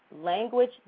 language